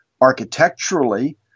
architecturally